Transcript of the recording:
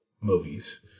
movies